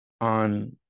on